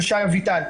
של שי אביטל,